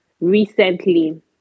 recently